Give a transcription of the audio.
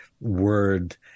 word